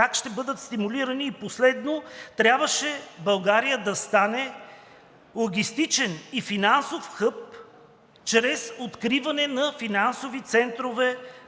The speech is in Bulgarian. как ще бъдат стимулирани. И последно, трябваше България да стане логистичен и финансов хъб чрез откриване на финансови центрове